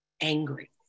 angry